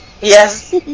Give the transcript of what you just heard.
Yes